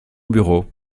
bureau